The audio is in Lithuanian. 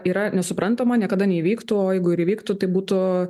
yra nesuprantama niekada neįvyktų o jeigu ir įvyktų tai būtų